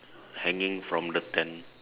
hanging from the tent